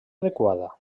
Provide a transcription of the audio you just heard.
adequada